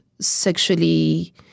sexually